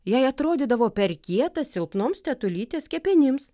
jai atrodydavo per kietas silpnoms tetulytės kepenims